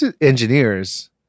engineers